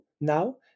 now